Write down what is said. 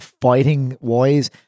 fighting-wise